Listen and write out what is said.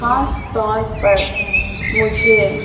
خاص طور پر مجھے